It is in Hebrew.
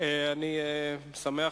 אני חייב